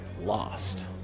lost